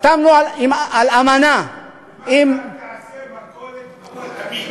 חתמנו על אמנה עם, ומה תעשה מכולת אבו אל-אמין?